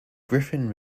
griffin